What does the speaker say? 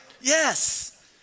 Yes